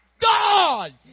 God